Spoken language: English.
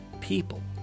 People